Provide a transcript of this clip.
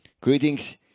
Greetings